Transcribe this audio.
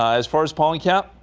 ah as far as pollen count.